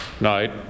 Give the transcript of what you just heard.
night